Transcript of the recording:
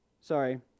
sorry